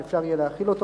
שיהיה אפשר להחיל אותו.